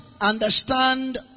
understand